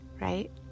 right